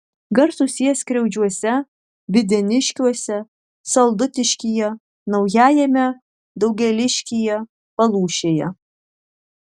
garsūs jie skriaudžiuose videniškiuose saldutiškyje naujajame daugėliškyje palūšėje